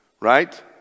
right